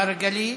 מרגלית,